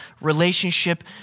relationship